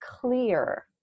clear